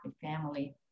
family